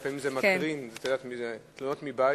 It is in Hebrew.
לפעמים זה מקרין: תלונות מבית,